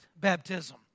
baptism